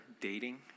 dating